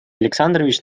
александрович